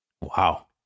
Wow